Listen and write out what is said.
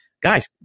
guys